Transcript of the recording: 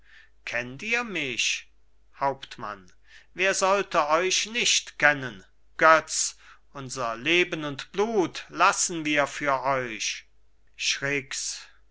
kennt ihr mich hauptmann wer sollte euch nicht kennen götz unser leben und blut lassen wir für euch